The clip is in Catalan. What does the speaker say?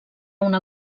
una